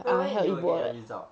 eh when you will get your result